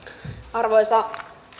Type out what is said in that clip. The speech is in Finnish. arvoisa